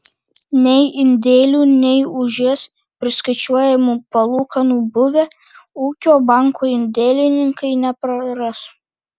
nei indėlių nei už jas priskaičiuojamų palūkanų buvę ūkio banko indėlininkai nepraras